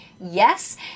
yes